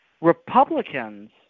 Republicans